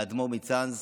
לאדמו"ר מצאנז